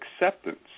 acceptance